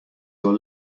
your